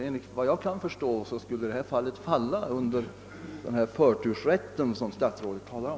Enligt min uppfattning borde detta fall ha den förtursrätt som statsrådet talar om.